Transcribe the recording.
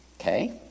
Okay